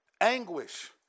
Anguish